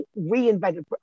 reinvented